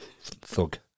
thug